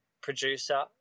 producer